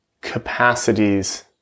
capacities